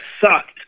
sucked